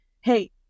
hey